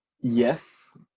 yes